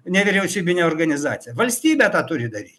nevyriausybinė organizacija valstybė tą turi daryt